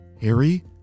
Harry